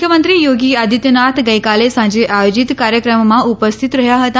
મુખ્યમંત્રી યોગી આદિત્યનાથ ગઇકાલે સાંજે આયોજીત કાર્યક્રમમાં ઉપસ્થિત રહ્યા હતા